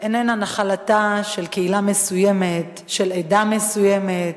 איננה נחלתה של קהילה מסוימת, עדה מסוימת,